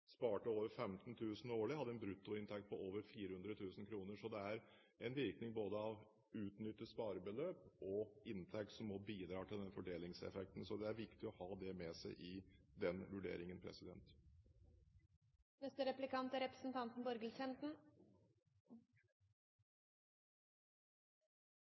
sparte over 15 000 kr årlig, hadde en bruttoinntekt på over 400 000 kr. Så det er en virkning av både utnyttet sparebeløp, og inntekt, som bidrar til denne fordelingseffekten. Det er viktig å ha det med seg i den vurderingen.